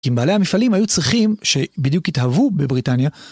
אם בעלי המפעלים היו צריכים שבדיוק התאהבו בבריטניה.